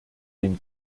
den